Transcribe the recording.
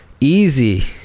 easy